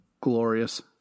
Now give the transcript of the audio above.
glorious